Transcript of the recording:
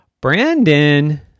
Brandon